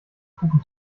kuchen